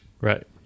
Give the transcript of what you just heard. Right